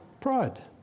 pride